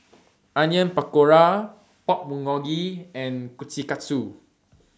Onion Pakora Pork Bulgogi and Kushikatsu